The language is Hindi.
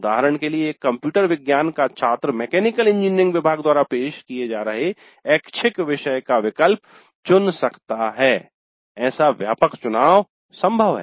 उदाहरण के लिए एक कंप्यूटर विज्ञान का छात्र मैकेनिकल इंजीनियरिंग विभाग द्वारा पेश किए जा रहे ऐच्छिक विषय का विकल्प चुन सकता है ऐसा व्यापक चुनाव संभव है